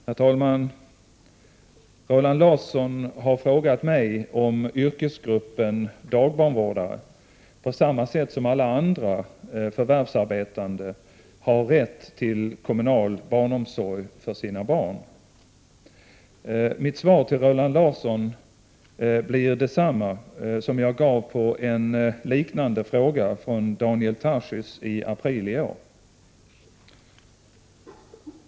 Herr talman! Roland Larsson har frågat mig om yrkesgruppen dagbarnvårdare på samma sätt som alla andra förvärvsarbetande har rätt till kommunal barnomsorg för sina barn. Mitt svar till Roland Larsson blir detsamma som jag gav på en liknande fråga från Daniel Tarschys i april i år.